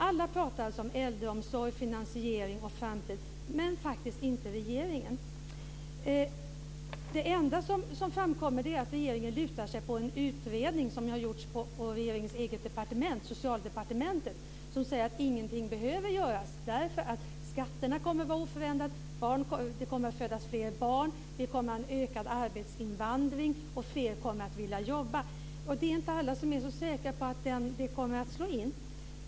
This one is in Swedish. Alla pratar om äldreomsorg, finansiering och framtid, men faktiskt inte regeringen. Det enda som framkommer är att regeringen lutar sig mot en utredning som har gjorts på regeringens eget departement, Socialdepartementet, som säger att ingenting behöver göras. Skatterna kommer nämligen att var oförändrade, det kommer att födas fler barn, vi kommer att ha en ökad arbetskraftsinvandring och fler kommer att vilja jobba. Det är inte alla som är så säkra på att det kommer att slå in.